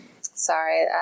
Sorry